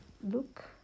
look